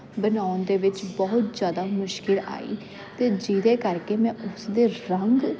ਬਣਾਉਣ ਦੇ ਵਿੱਚ ਬਹੁਤ ਜ਼ਿਆਦਾ ਮੁਸ਼ਕਲ ਆਈ ਅਤੇ ਜਿਹਦੇ ਕਰਕੇ ਮੈਂ ਉਸਦੇ ਰੰਗ